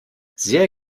sehr